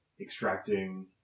extracting